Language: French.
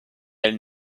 elles